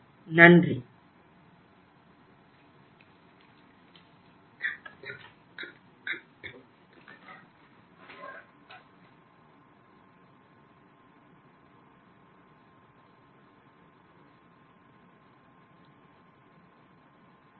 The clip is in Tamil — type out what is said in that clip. Thank you very much